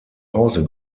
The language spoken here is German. hause